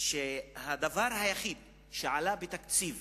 הדבר היחיד שעלה בתקציב